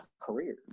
career